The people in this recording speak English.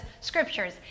scriptures